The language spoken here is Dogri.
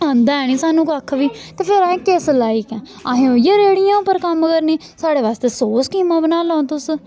आंदा ऐ निं सानूं कक्ख बी ते फिर असें किस लायक ऐ असें इ'यै रेह्ड़ियें उप्पर कम्म करनी साढ़े बास्तै सौ स्कीमां बनाई लैओ तुस